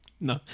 No